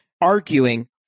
arguing